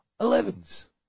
elevens